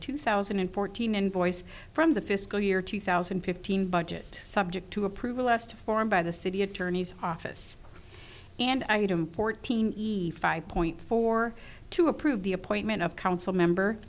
two thousand and fourteen invoice from the fiscal year two thousand and fifteen budget subject to approval asked for and by the city attorney's office and item fourteen five point four to approve the appointment of council member